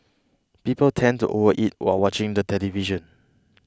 people tend to overeat while watching the television